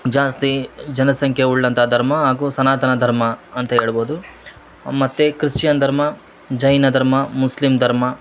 ಜಾಸ್ತಿ ಜನಸಂಖ್ಯೆ ಉಳ್ಳಂಥಾ ಧರ್ಮ ಹಾಗೂ ಸನಾತನ ಧರ್ಮ ಅಂತ ಹೇಳ್ಬೋದು ಮತ್ತು ಕ್ರಿಶ್ಚಿಯನ್ ಧರ್ಮ ಜೈನ ಧರ್ಮ ಮುಸ್ಲಿಮ್ ಧರ್ಮ